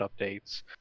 updates